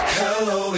hello